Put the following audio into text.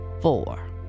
four